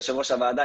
יו"ר הוועדה,